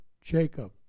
Jacob